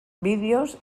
vídeos